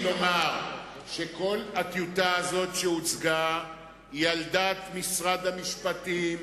אני מבקש לומר שכל הטיוטה הזאת שהוצגה היא על דעת משרד המשפטים,